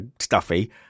Stuffy